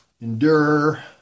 endure